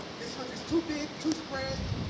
this country is too big, too spread,